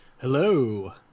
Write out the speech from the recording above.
Hello